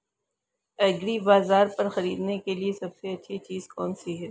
एग्रीबाज़ार पर खरीदने के लिए सबसे अच्छी चीज़ कौनसी है?